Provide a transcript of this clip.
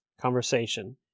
conversation